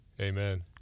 Amen